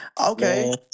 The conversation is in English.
Okay